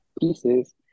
pieces